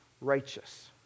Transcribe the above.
righteous